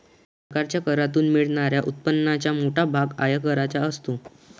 सरकारच्या करातून मिळणाऱ्या उत्पन्नाचा मोठा भाग आयकराचा असतो